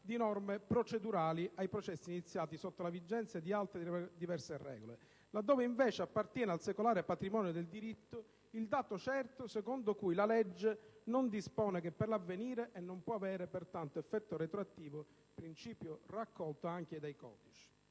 di norme procedurali ai processi iniziati sotto la vigenza di altre e diverse regole, laddove invece appartiene al secolare patrimonio del diritto il dato certo secondo cui la legge non dispone che per l'avvenire e non può avere pertanto effetto retroattivo, principio raccolto anche dai codici.